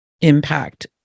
impact